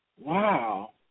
wow